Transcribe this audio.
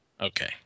Okay